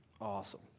awesome